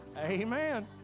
Amen